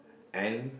and